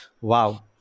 Wow